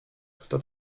kto